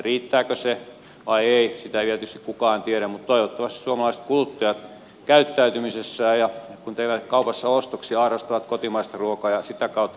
riittääkö se vai ei sitä ei vielä tietysti kukaan tiedä mutta toivottavasti suomalaiset kuluttajat käyttäytymisessään ja kun tekevät kaupassa ostoksia harrastavat kotimaista ruokaa ja sitä kautta tilanne paranisi